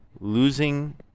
losing